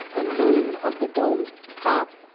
the loom of the domed top,